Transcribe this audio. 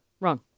wrong